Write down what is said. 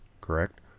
correct